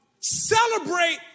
celebrate